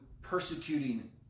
persecuting